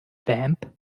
vamp